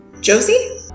Josie